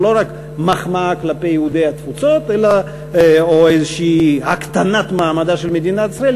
זו לא רק מחמאה כלפי יהודי התפוצות או איזו הקטנת מעמדה של מדינת ישראל,